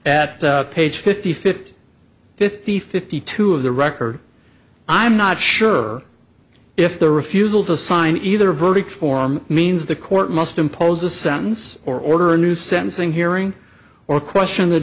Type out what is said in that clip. at page fifty fifty fifty fifty two of the record i'm not sure if the refusal to sign either verdict form means the court must impose a sentence or order a new sentencing hearing or question the